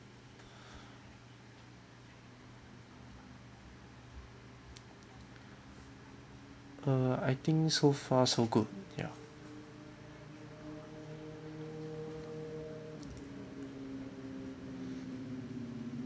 err I think so far so good ya